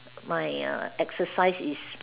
my err exercise is